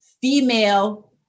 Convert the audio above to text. female